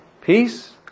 peace